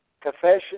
confession